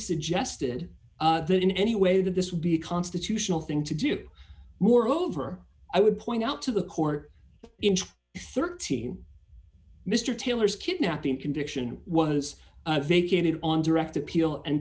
suggested that in any way that this would be a constitutional thing to do moreover i would point out to the court in thirteen mr taylor's kidnapping conviction was vacated on direct appeal and